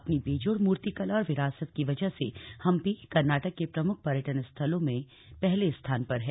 अपनी बेजोड़ मूर्तिकला और विरासत की वजह से हंपी कर्नाटक के प्रमुख पर्यटन स्थलों में पहले स्थान पर है